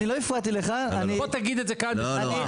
בוא תגיד את זה כאן.